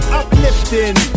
uplifting